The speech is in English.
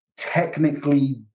technically